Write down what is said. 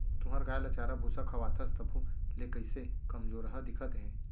तुंहर गाय ल चारा भूसा खवाथस तभो ले कइसे कमजोरहा दिखत हे?